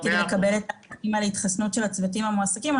כדי לקבל את המידע על התחסנות הצוותים המועסקים.